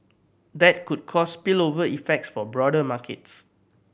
that could cause spillover effects for broader markets